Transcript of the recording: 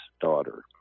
daughter